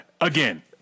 again